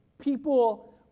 people